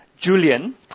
Julian